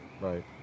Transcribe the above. Right